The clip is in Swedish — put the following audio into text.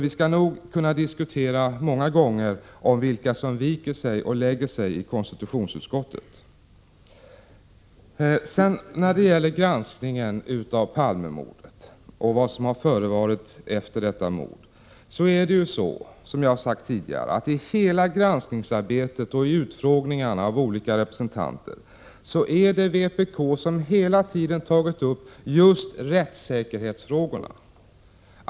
Vi skall nog kunna diskutera många gånger om vilka som viker sig och lägger sig i konstitutionsutskottet. När det gäller granskningen av Palmemordet och vad som har förevarit efter detta mord är det, som jag har sagt tidigare, under hela granskningsarbetet och i utfrågningarna av olika personer vpk som hela tiden tagit upp just rättssäkerhetsfrågorna.